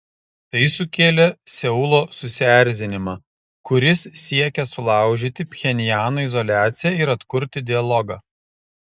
tai sukėlė seulo susierzinimą kuris siekia sulaužyti pchenjano izoliaciją ir atkurti dialogą